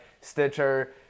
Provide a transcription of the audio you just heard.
stitcher